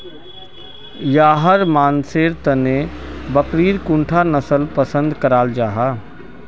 याहर मानसेर तने बकरीर कुंडा नसल पसंद कराल जाहा?